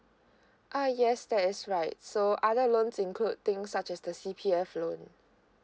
uh yes that is right so other loans include thing such as the C_P_F loan